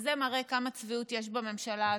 זה מראה כמה צביעות יש בממשלה הזו,